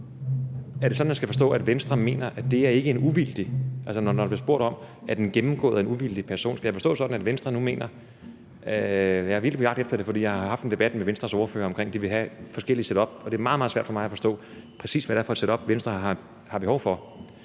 vurdering og faglige risikovurdering ikke er uvildig, og at den skal gennemgås af en uvildig person? Skal jeg forstå det sådan, at Venstre nu mener det? Jeg er virkelig på jagt efter det, for jeg har haft en debat med Venstres ordfører om, at de vil have forskellige setup, og det er meget, meget svært for mig at forstå, præcis hvad det er for et setup, Venstre har behov for.